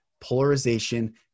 polarization